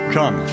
Come